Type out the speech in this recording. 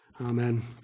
Amen